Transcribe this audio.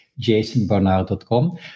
jasonbernard.com